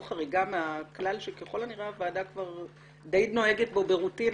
חריגה מהכלל שככל הנראה הוועדה כבר די נוהגת בו ברוטינה,